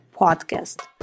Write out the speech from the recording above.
Podcast